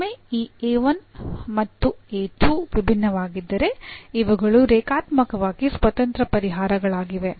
ಒಮ್ಮೆ ಈ ಮತ್ತು ವಿಭಿನ್ನವಾಗಿದ್ದರೆ ಇವುಗಳು ರೇಖಾತ್ಮಕವಾಗಿ ಸ್ವತಂತ್ರ ಪರಿಹಾರಗಳಾಗಿವೆ